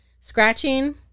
Scratching